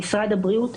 עם משרד הבריאות,